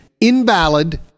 invalid